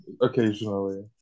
occasionally